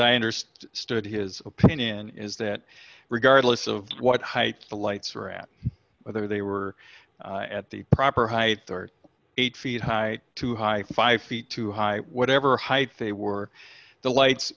i understand stood his opinion is that regardless of what heights the lights were out there they were at the proper height thirty eight feet high too high five feet too high whatever height they were the lights